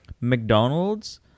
McDonald's